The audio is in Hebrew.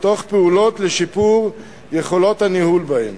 תוך פעולות לשיפור יכולות הניהול בהם.